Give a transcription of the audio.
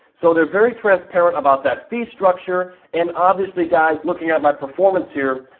so, they're very transparent about that fee structure. and obviously guys looking at my performance here,